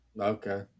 Okay